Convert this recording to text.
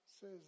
says